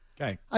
Okay